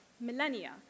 millennia